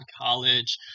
college